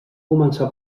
començar